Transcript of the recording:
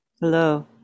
hello